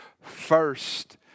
first